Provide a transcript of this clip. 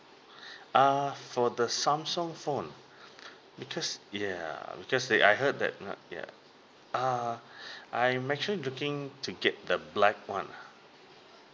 err for the samsung phone because yeah because they I heard that know yeah err I'm actually looking to get the black one ah